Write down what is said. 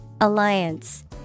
Alliance